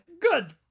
good